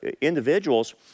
individuals